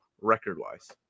record-wise